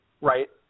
Right